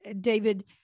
David